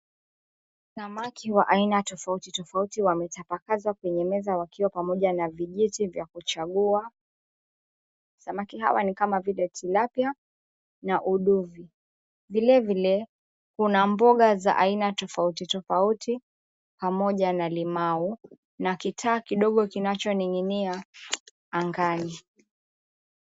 Samaki wa aina tofauti tofauti wametapakazwa kwenye meza wakiwa pamoja na vijiti vya kuchagua. Samaki hawa ni kama vile tilapia na uduvi. Vilevile kuna mboga za aina tofauti tofauti pamoja na limau na kitaa kidogo kinachoning'inia angani.